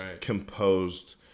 composed